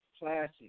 Classic